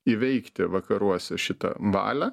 įveikti vakaruose šitą valią